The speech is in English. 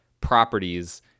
properties